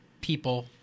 people